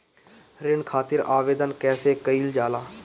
ऋण खातिर आवेदन कैसे कयील जाला?